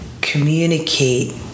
communicate